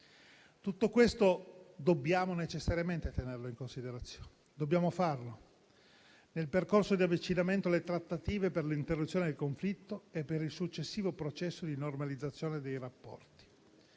Tutto questo dobbiamo necessariamente tenerlo in considerazione nel percorso di avvicinamento alle trattative per l'interruzione del conflitto e per il successivo processo di normalizzazione dei rapporti.